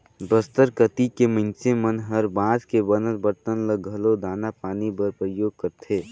बस्तर कति के मइनसे मन हर बांस के बनल बरतन ल घलो दाना पानी बर परियोग करथे